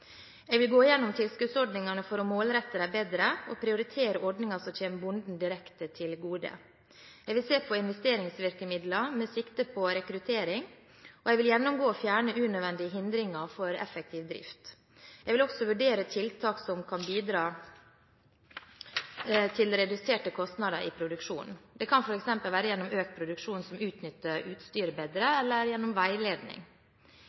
Jeg vil gå gjennom tilskuddsordningene for å målrette dem bedre og prioritere ordninger som kommer bonden direkte til gode. Jeg vil se på investeringsvirkemidlene med sikte på rekruttering, og jeg vil gjennomgå og fjerne unødvendige hindringer for effektiv drift. Jeg vil også vurdere tiltak som kan bidra til reduserte kostnader i produksjonen. Det kan f.eks. være gjennom økt produksjon som utnytter utstyret